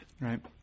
Right